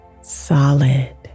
Solid